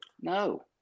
no